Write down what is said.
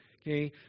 Okay